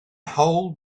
hold